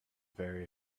very